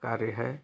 कार्य है